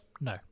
No